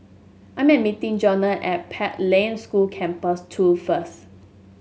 I am meeting Johnnie at Pathlight School Campus Two first